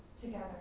together